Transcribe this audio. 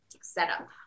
setup